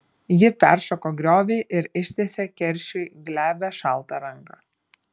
ji peršoko griovį ir ištiesė keršiui glebią šaltą ranką